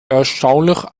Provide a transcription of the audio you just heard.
erstaunlich